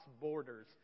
borders